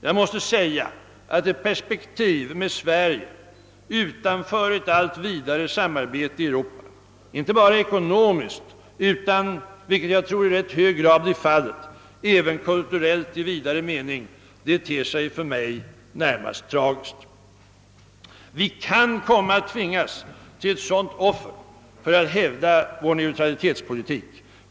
Jag måste säga att ett perspektiv med Sverige utanför ett allt vidare samarbete i Europa, inte bara ekonomiskt utan även, vilket jag tror i rätt hög grad blir fallet, kulturellt i vidare mening, ter sig för mig närmast tragiskt. Vi kan komma att tvingas till ett sådant offer för att hävda vår neutralitetspolitik.